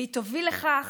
והיא תוביל לכך